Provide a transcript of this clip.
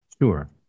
Sure